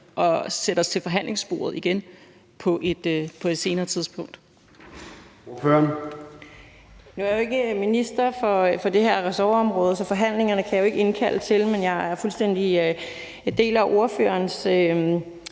kan sætte os til forhandlingsbordet igen på et senere tidspunkt.